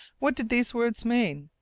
what did these words mean?